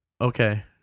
Okay